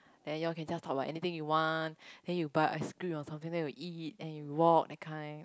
then you all can just talk about anything you want then you buy ice cream or something then you eat then you walk that kind